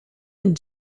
and